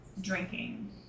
drinking